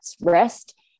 rest